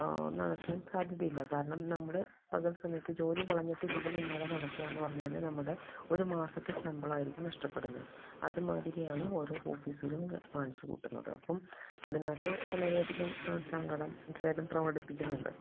നടക്കാൻ സാധ്യതയില്ല കാരണം നമ്മുടെ പകൽ സമയത്ത് ജോലികളഞ്ഞിട്ട് ഇതിൻ്റെ പിന്നാലെ നടക്കാന്ന് പറഞ്ഞാൽ നമ്മുടെ ഒരുമാസത്തെ ശമ്പളമായിരിക്കും നഷ്ടപ്പെടുന്നത് അതുമാതിരിയാണ് ഓരോ ഓഫീസുകളും കാണിച്ച് കൂട്ടുന്നത് അപ്പം അതിനകത്ത് വളരെയധികം സങ്കടം ഖേതം പ്രകടിപ്പിക്കുന്നുണ്ട്